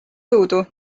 jõudu